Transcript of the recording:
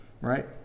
Right